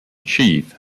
chief